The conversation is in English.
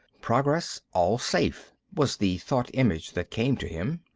progress all safe, was the thought-image that came to him.